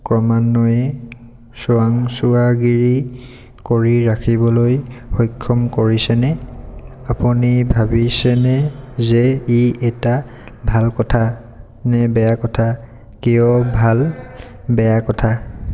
ক্ৰমান্বয়ে চোৱাাংচোৱাগিৰি কৰি ৰাখিবলৈ সক্ষম কৰিছেনে আপুনি ভাবিছেনে যে ই এটা ভাল কথা নে বেয়া কথা কিয় ভাল বেয়া কথা